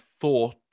thought